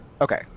Okay